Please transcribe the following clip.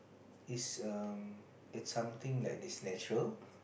is um that something like this natural